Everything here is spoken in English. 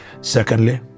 Secondly